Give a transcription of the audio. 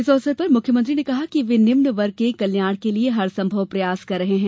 इस अवसर पर मुख्यमंत्री ने कहा कि वे निम्न वर्ग के कल्याण के लिये हर संभव प्रयास कर रहे हैं